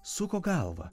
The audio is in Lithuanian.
suko galvą